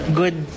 good